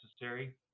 necessary